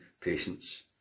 patients